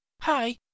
Hi